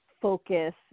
focus